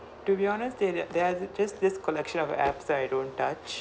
to be honest they ar~ there are just this collection of apps that I don't touch